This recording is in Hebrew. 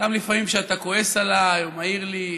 גם לפעמים כשאתה כועס עליי או מעיר לי,